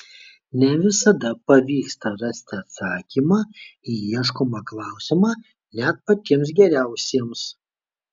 ne visada pavyksta rasti atsakymą į ieškomą klausimą net patiems geriausiems